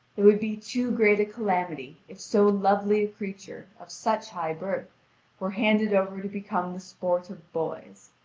it would be too great a calamity if so lovely a creature of such high birth were handed over to become the sport of boys.